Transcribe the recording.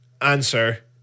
answer